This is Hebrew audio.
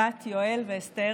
בת יואל ואסתר,